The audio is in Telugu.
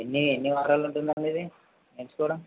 ఎన్ని ఎన్ని వారాలు ఉంటుందండి ఇది నేర్చుకోవడం